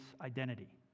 identity